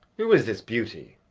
who is this beauty,